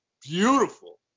beautiful